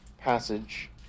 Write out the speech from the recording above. passage